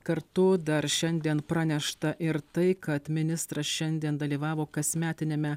kartu dar šiandien pranešta ir tai kad ministras šiandien dalyvavo kasmetiniame